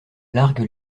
largue